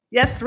Yes